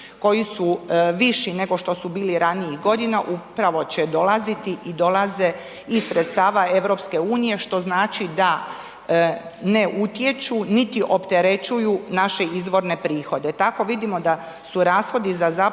koji su viši nego što su bili ranijih godina, upravo će dolaziti i dolaze iz sredstava EU, što znači da ne utječu, niti opterećuju naše izvorne prihode. Tako vidimo da su rashodi za zaposlene